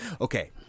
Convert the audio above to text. Okay